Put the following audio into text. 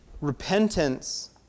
Repentance